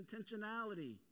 intentionality